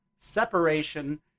separation